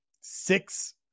six